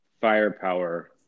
firepower